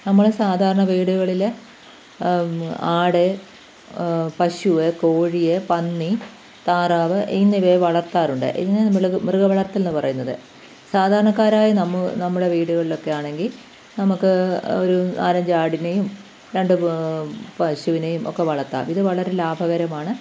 നമ്മൾ സാധാരണ വീടുകളിൽ ആട് പശു കോഴി പന്നി താറാവ് എന്നിവയെ വളർത്താറുണ്ട് ഇതിനെ നമ്മൾ മൃഗവളർത്തൽ എന്നു പറയുന്നത് സാധാരണക്കാരായ നമ്മു നമ്മുടെ വീടുകളിലൊക്കെയാണെങ്കിൽ നമുക്ക് ഒരു നാലഞ്ചാടിനെയും രണ്ട് പശുവിനെയും ഒക്കെ വളർത്താം ഇതു വരെ ലാഭകരമാണ്